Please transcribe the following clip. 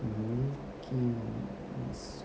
mm